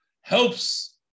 helps